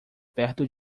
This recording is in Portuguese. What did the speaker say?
perto